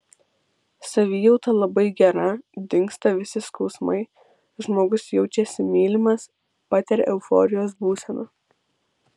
savijauta labai gera dingsta visi skausmai žmogus jaučiasi mylimas patiria euforijos būseną